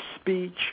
speech